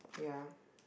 yeah